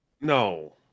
No